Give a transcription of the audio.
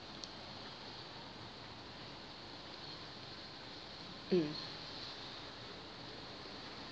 mm